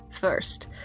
first